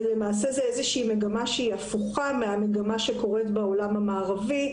למעשה זו איזושהי מגמה שהיא הפוכה למגמה שקורית בעולם המערבי,